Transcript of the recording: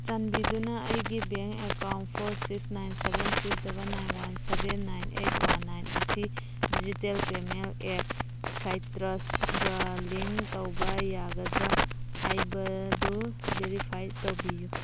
ꯆꯥꯟꯕꯤꯗꯨꯅ ꯑꯩꯒꯤ bank account four six nine seven six double nine one seven nine eight one nine ꯑꯁꯤ digital payment app ꯁꯥꯏꯇ꯭ꯔꯁꯒ ꯂꯤꯡ ꯇꯧꯕ ꯌꯥꯒꯗ꯭ꯔꯥ ꯍꯥꯏꯕꯗꯨ ꯚꯦꯔꯤꯐꯥꯏ ꯇꯧꯕꯤꯌꯨ